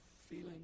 feeling